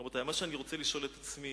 רבותי, אני רוצה לשאול את עצמי